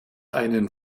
einen